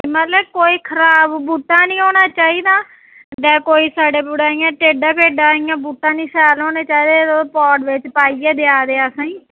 मतलब कोई खराब बहूटा निं होना चाहिदा जां कोई सड़े पुढ़े जां टेड़ा मेड़ा इ'यां बहूटा निं शैल होने चाहिदे होर तुस पौंड बिच्च पाइयै देआ दे असेंगी